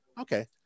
Okay